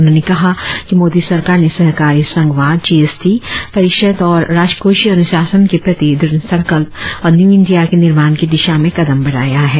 उन्होंने कहा कि मोदी सरकार ने सहकारी संघवाद जीएसटी परिषद और राजकोषीय अनुशासन के प्रति दृढ़संकल्प और न्यू इंडिया के निर्माण की दिशा में कदम बढ़ाया है